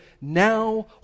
now